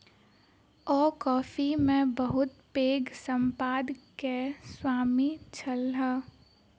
ओ coffee के बहुत पैघ संपदा के स्वामी छलाह